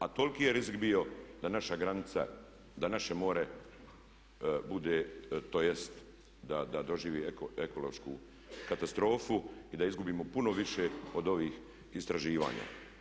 A toliki je rizik bio da naša granica, da naše more bude tj. da doživi ekološku katastrofu i da izgubimo puno više od ovih istraživanja.